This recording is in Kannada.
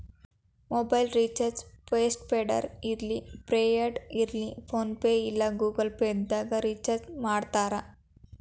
ಮೊಬೈಲ್ ರಿಚಾರ್ಜ್ ಪೋಸ್ಟ್ ಪೇಡರ ಇರ್ಲಿ ಪ್ರಿಪೇಯ್ಡ್ ಇರ್ಲಿ ಫೋನ್ಪೇ ಇಲ್ಲಾ ಗೂಗಲ್ ಪೇದಾಗ್ ರಿಚಾರ್ಜ್ಮಾಡ್ತಾರ